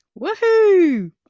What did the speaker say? Woohoo